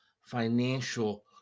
financial